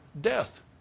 death